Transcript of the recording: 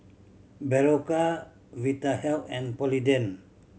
Berocca Vitahealth and Polident